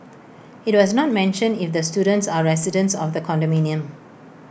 IT was not mentioned if the students are residents of the condominium